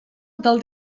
del